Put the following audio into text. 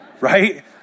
right